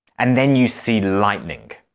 and then you see lightning.